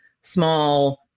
small